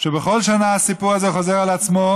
שבכל שנה הסיפור הזה חוזר על עצמו,